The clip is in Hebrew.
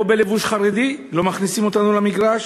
בלבוש חרדי לא מכניסים אותנו למגרש.